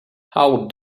how